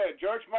George